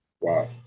Wow